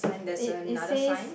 it it says